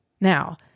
Now